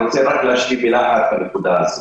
אני רוצה רק להשיב מילה אחת בנקודה הזו.